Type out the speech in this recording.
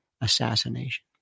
assassination